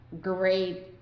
great